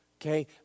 Okay